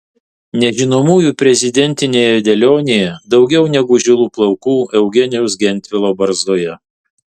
nežinomųjų prezidentinėje dėlionėje daugiau negu žilų plaukų eugenijaus gentvilo barzdoje